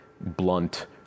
blunt